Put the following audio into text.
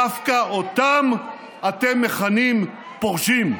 דווקא אותם אתם מכנים פורשים.